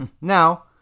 Now